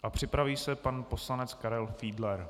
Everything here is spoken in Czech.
A připraví se pan poslanec Karel Fiedler.